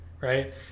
Right